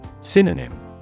Synonym